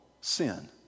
sin